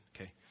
Okay